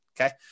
Okay